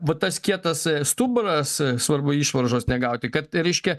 va tas kietas stuburas svarbu išvaržos negauti kad reiškia